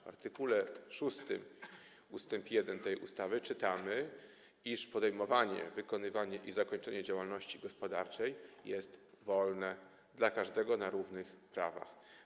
W art. 6 ust. 1 tej ustawy czytamy, iż podejmowanie, wykonywanie i zakończenie działalności gospodarczej jest wolne dla każdego na równych prawach.